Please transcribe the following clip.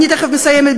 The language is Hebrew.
אני תכף מסיימת.